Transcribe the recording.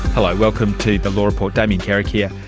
hello, welcome to the law report, damien carrick here.